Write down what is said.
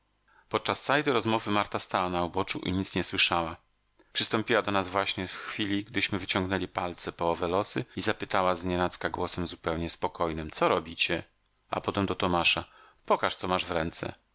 podczas całej tej rozmowy marta stała na uboczu i nic nie słyszała przystąpiła do nas właśnie w chwili gdyśmy wyciągali palce po owe losy i zapytała z nienacka głosem zupełnie spokojnym co robicie a potem do tomasza pokaż co masz w ręce